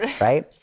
right